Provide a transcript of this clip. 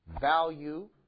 value